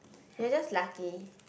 you're just lucky